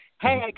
hey